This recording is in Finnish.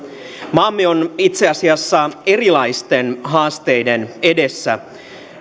maamme on itse asiassa erilaisten haasteiden edessä